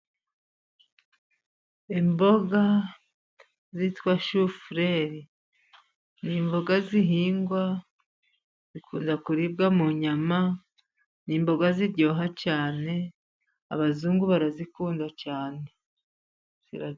Imboga zitwa shufureri ni imboga zihingwa zikunda kuribwa mu nyama, ni imboga ziryoha cyane abazungu barazikunda cyane.